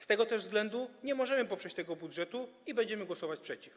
Z tego też względu nie możemy poprzeć tego budżetu i będziemy głosować przeciw.